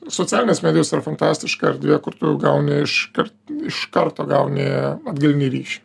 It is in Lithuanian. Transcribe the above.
socialinės medijos yra fantastiška erdvė kur tu gauni iškart iš karto gauni atgalinį ryšį